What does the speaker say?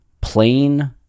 plain